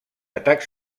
atacs